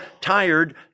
tired